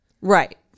Right